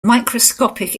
microscopic